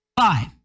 Five